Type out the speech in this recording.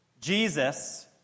Jesus